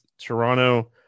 Toronto